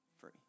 free